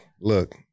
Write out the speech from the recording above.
Look